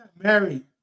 married